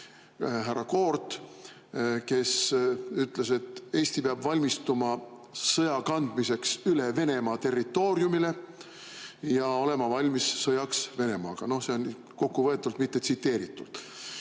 härra Koort ütles, et Eesti peab valmistuma sõja kandmiseks üle Venemaa territooriumile ja olema valmis sõjaks Venemaaga. See on kokkuvõetult, mitte tsiteeritult.